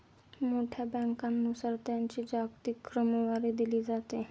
मोठ्या बँकांनुसार त्यांची जागतिक क्रमवारी दिली जाते